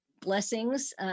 blessings